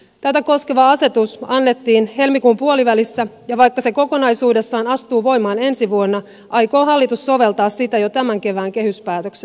tätä koskeva asetus annettiin helmikuun puolivälissä ja vaikka se kokonaisuudessaan astuu voimaan ensi vuonna aikoo hallitus soveltaa sitä jo tämän kevään kehyspäätöksessään